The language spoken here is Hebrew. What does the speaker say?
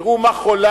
תראו מה חוללתם